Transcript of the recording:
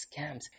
scams